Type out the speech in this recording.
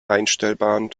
einstellbaren